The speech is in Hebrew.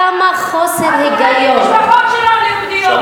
את טרוריסטית, את הורגת משפחות שלנו, יהודיות.